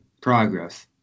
Progress